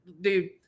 dude